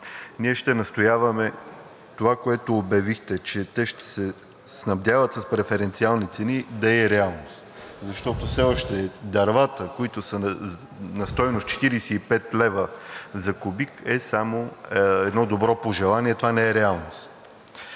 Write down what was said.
Ние ще настояваме това, което обявихте, че те ще се снабдяват на преференциални цени, да е реалност. Защо все още дървата, които са на стойност 45 лв. за кубик, е само едно добро пожелание, а това не е реалност